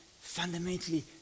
fundamentally